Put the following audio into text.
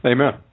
Amen